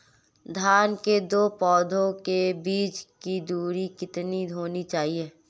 धान के दो पौधों के बीच की दूरी कितनी होनी चाहिए?